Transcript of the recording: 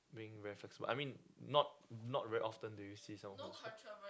being very flexible but I mean not not very often do you see some